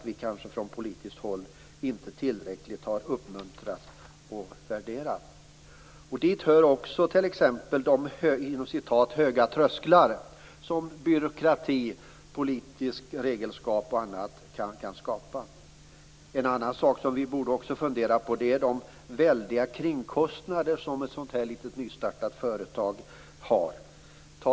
Vi har inte tillräckligt uppmuntrat och värderat detta från politiskt håll. Dit hör "höga trösklar", t.ex. byråkrati och politiskt regelskap. Vi borde även fundera på de väldiga kringkostnader som ett litet nystartat företag har.